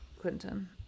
Clinton